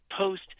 post